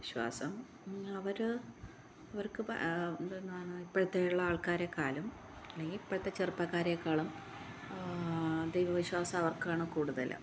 വിശ്വാസം അവർ അവര്ക്ക് പ എന്തെന്നാണ് ഇപ്പോഴുള്ള ആള്ക്കാരെക്കാളും അല്ലെങ്കിൽ ഇപ്പോഴത്തെ ചെറുപ്പക്കാരേക്കാളും ദൈവവിശ്വാസം അവര്ക്കാണ് കൂടുതല്